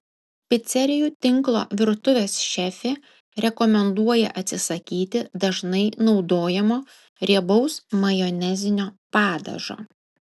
picerijų tinklo virtuvės šefė rekomenduoja atsisakyti dažnai naudojamo riebaus majonezinio padažo